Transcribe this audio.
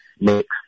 Mix